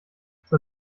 zur